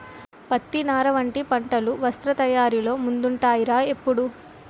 పత్తి, నార వంటి పంటలు వస్త్ర తయారీలో ముందుంటాయ్ రా ఎప్పుడూ